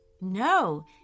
no